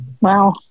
Wow